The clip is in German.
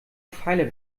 pfeiler